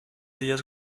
días